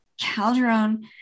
Calderon